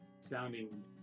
sounding